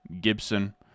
gibson